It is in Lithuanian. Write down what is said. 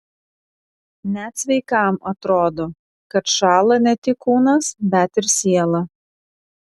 net sveikam atrodo kad šąla ne tik kūnas bet ir siela